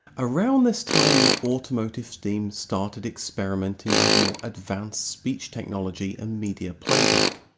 around this time the automotive team started experimenting with more advanced speech technology and media playback.